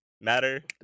matter